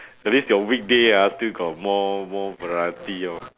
that means your weekday ah still got more more variety lor